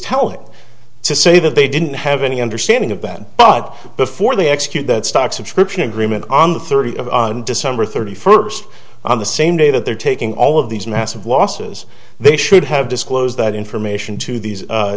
telling to say that they didn't have any understanding of that but before they execute that stock subscription agreement on the thirty of december thirty first on the same day that they're taking all of these massive losses they should have disclosed that information to these